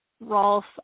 Rolf